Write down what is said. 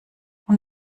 und